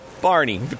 Barney